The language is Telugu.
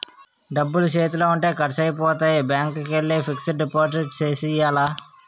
డబ్బులు సేతిలో ఉంటే ఖర్సైపోతాయి బ్యాంకికెల్లి ఫిక్సడు డిపాజిట్ సేసియ్యాల